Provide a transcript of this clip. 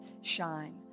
shine